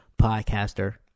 podcaster